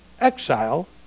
exile